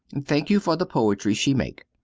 thank you for the poetry she make.